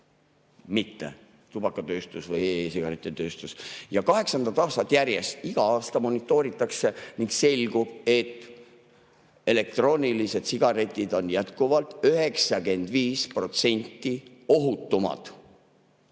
mitte tubakatööstus või e-sigarettide tööstus. Kaheksandat aastat järjest iga aasta monitooritakse ning selgub, et elektroonilised sigaretid on jätkuvalt 95% ohutumad.